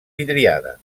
vidriada